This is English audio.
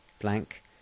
Blank